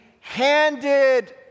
handed